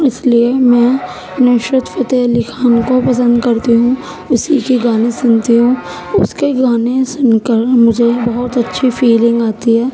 اس لیے میں نصرت فتح علی خان کو پسند کرتی ہوں اسی کے گانے سنتی ہوں اس کے گانے سن کر مجھے بہت اچھی فیلنگ آتی ہے